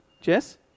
Jess